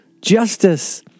Justice